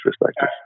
perspective